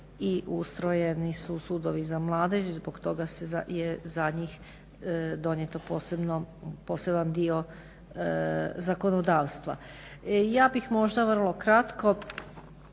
i ustrojeni su sudovi za mladež i zbog toga je za njih donijeto poseban dio zakonodavstva. Ja bih možda vrlo kratko